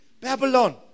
Babylon